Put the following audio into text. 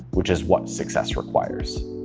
which is what success requires.